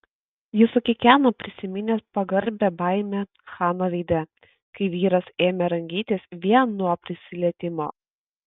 jis sukikeno prisiminęs pagarbią baimę chano veide kai vyras ėmė rangytis vien nuo prisilietimo